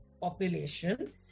population